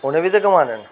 उ'नें बी ते कमाने न